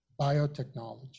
biotechnology